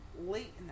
late